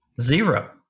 zero